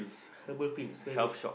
herbal pills where is it